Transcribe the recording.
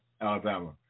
Alabama